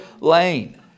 lane